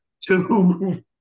Two